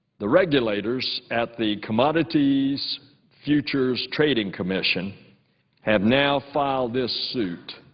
the regulators at the commodities futures trading commission have now filed this suit